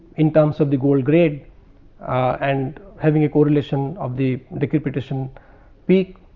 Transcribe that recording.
in terms of the gold grade ah and having a correlation of the decrypitation peak.